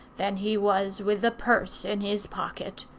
than he was with the purse in his pocket.